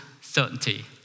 certainty